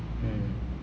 mm